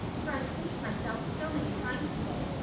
for i've pinched myself so many times today.